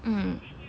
mmhmm